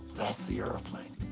that's the airplane.